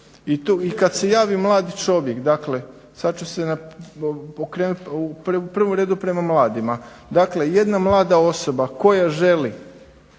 I kada se javi mladi čovjek, sada ću se okrenuti u prvom redu prema mladima. Dakle jedna mlada osoba koja želi